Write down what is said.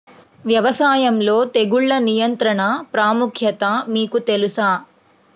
వ్యవసాయంలో తెగుళ్ల నియంత్రణ ప్రాముఖ్యత మీకు తెలుసా?